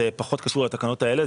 זה פחות קשור לתקנות האלה.